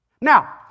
Now